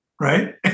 right